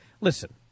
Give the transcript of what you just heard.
Listen